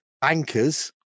bankers